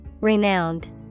Renowned